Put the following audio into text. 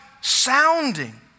sounding